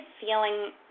feeling